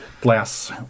glass